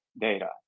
data